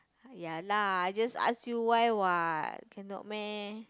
ya lah I just ask you why what cannot meh